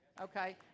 Okay